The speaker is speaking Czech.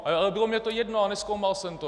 Ale bylo mi to jedno a nezkoumal jsem to.